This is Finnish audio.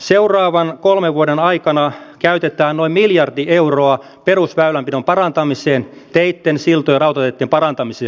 seuraavan kolmen vuoden aikana käytetään noin miljardi euroa perusväylänpidon parantamiseen teitten siltojen rautateitten parantamiseen